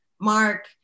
Mark